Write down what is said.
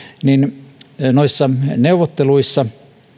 niin noissa neuvotteluissa